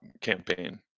campaign